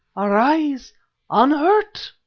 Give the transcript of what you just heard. arise unhurt!